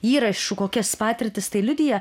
įrašų kokias patirtis tai liudija